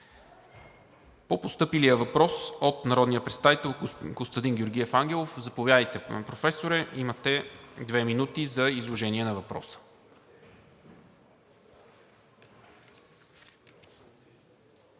По постъпилия въпрос от народния представител Костадин Георгиев Ангелов – заповядайте, господин Професоре, имате две минути за изложение на въпроса.